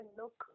look